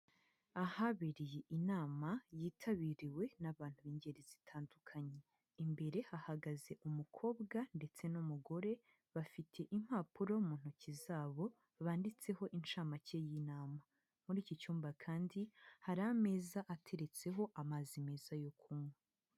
Ahabereye inama yitabiriwe n'abantu b'ingeri zitandukanye, imbere hahagaze umukobwa ndetse n'umugore bafite impapuro mu ntoki zabo banditseho incamake y'inama, muri iki cyumba kandi hari ameza ateretseho amazi meza yo kunywa.